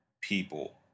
people